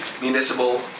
municipal